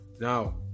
Now